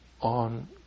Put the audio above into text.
on